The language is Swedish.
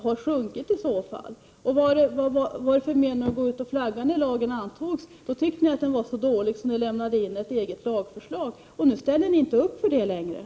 Men vad var det då för mening att så att säga flagga med era synpunkter när lagen antogs? Ni tyckte ju då att skrivningen var så dålig att ni lämnade in ett eget förslag till ny lag. Men nu ställer ni inte längre upp på det.